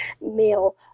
male